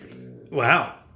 Wow